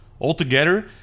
Altogether